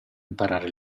imparare